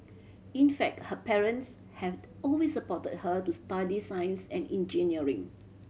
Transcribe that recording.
in fact her parents had always supported her to study science and engineering